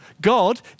God